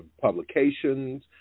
publications